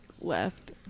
left